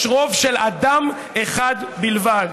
יש רוב של אדם אחד בלבד,